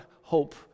hope